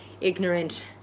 ignorant